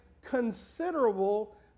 considerable